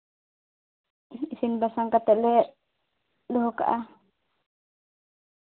ᱤᱥᱤᱱ ᱵᱟᱥᱟᱝ ᱠᱟᱛᱮ ᱞᱮ ᱫᱚᱦᱚ ᱠᱟᱜᱼᱟ